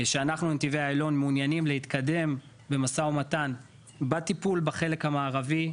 שאנחנו נתיבי איילון מעוניינים להתקדם במשא ומתן בטיפול בחלק המערבי,